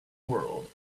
world